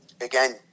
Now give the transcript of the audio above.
again